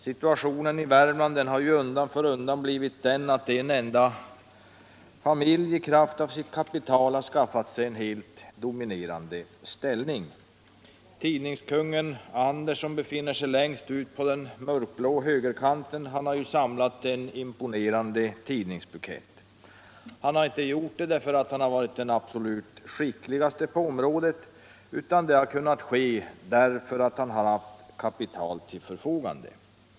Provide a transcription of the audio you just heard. Situationen i Värmland har ju undan för undan blivit den att en enda familj i kraft av sitt kapital har skaffat sig en helt dominerande ställning. Tidningskungen Ander, som befinner sig längst ut på den mörkblåa högerkanten, har samlat en imponerande tidningsbukett. Han har inte gjort det därför att han varit den absolut skickligaste på området, utan det har kunnat ske därför att han har haft kapital till förfogande.